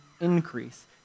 increase